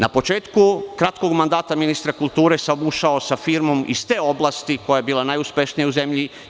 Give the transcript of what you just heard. Na početku kratkog mandata ministra kulture sam ušao sa firmom iz te oblasti, koja je bila najuspešnija u zemlji.